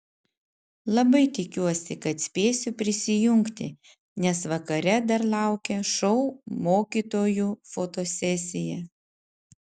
labai tikiuosi kad spėsiu prisijungti nes vakare dar laukia šou mokytojų fotosesija